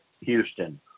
houston